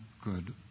good